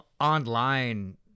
online